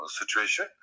situation